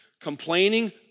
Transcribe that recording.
complaining